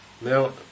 Now